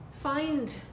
find